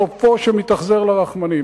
סופו שמתאכזר לרחמנים.